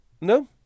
No